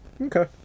Okay